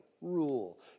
rule